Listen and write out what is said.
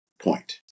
point